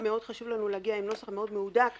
חשוב לנו מאוד להגיע עם נוסח מהודק מאוד.